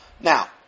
Now